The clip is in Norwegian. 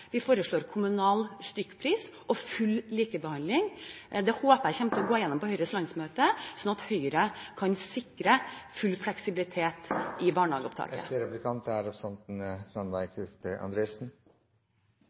Derfor foreslår vi fri etableringsrett, kommunal stykkpris og full likebehandling i Høyres program. Jeg håper det går gjennom på Høyres landsmøte, slik at Høyre kan sikre full fleksibilitet i